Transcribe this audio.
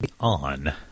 On